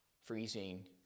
freezing